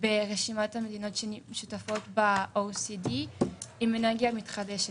ברשימת המדינות ששותפות ב-OECD עם אנרגיה מתחדשת.